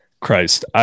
Christ